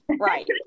right